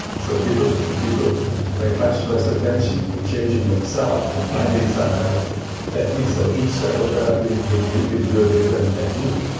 so people people paid much less attention to changing themselves than finding some kind of technique. so each psychotherapy gives you gives you a different technique,